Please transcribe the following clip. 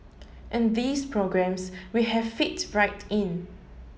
and these programmes we have fit right in